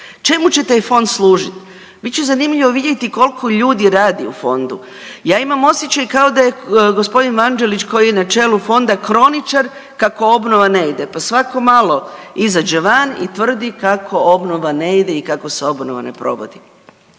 čemu će taj fond služit? Bit će zanimljivo vidjeti koliko ljudi radi u fondu. Ja imam osjećaj kao da je g. Vanđelić koji je na čelu fonda kroničar kako obnova ne ide, pa svako malo izađe van i tvrdi kako obnova ne ide i kako se obnova ne provodi.